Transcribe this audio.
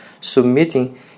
submitting